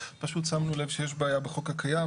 פשוט שמנו לב שיש בעיה בחוק הקיים,